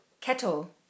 Kettle